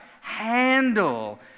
handle